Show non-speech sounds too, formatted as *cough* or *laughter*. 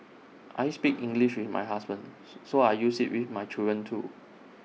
I speak English with my husband *noise* so I use IT with my children too